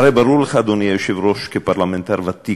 הרי ברור לך, אדוני היושב-ראש, כפרלמנטר ותיק,